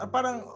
Parang